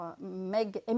MEG